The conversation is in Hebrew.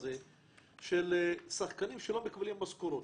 של שחקנים שלא מקבלים משכורות.